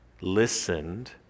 listened